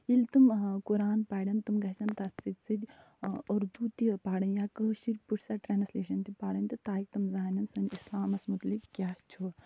ییٚلہِ تِم قرآن پَرن تِم گَژھن تتھ سۭتۍ سۭتۍ اُردو تہِ پَرٕنۍ یا کٲشِر پٲٹھۍ سۄ ٹرٛانسلیشَن تہِ پَرٕنۍ تہٕ تاکہِ تِم زانن سانہِ اِسلامس متعلق کیٛاہ چھُ